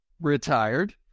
retired